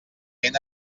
ben